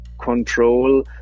control